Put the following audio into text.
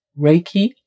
Reiki